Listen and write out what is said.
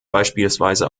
beispielsweise